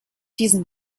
diesen